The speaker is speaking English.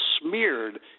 smeared